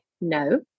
no